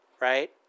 Right